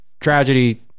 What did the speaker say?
tragedy